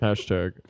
Hashtag